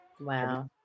Wow